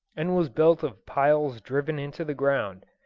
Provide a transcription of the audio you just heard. and was built of piles driven into the ground,